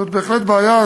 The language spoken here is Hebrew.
זאת בהחלט בעיה.